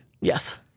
Yes